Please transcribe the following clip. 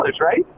right